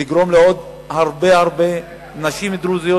זה יגרום לעוד הרבה הרבה נשים דרוזיות,